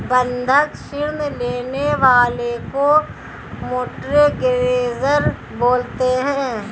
बंधक ऋण लेने वाले को मोर्टगेजेर बोलते हैं